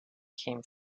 came